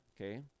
Okay